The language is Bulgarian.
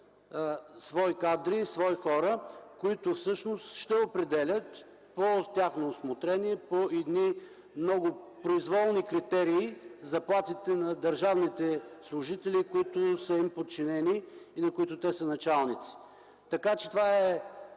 свои кадри, свои хора, които всъщност ще определят по тяхно усмотрение, по едни много произволни критерии заплатите на държавните служители, които са им подчинени и на които те са началници. Това е втората